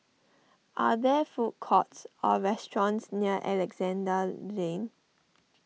are there food courts or restaurants near Alexandra Lane